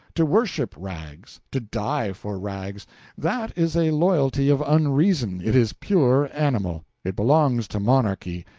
to worship rags, to die for rags that is a loyalty of unreason, it is pure animal it belongs to monarchy,